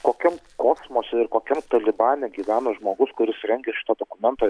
kokim kosmose ir kokiam talibane gyvena žmogus kurs rengia šitą dokumentą